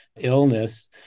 illness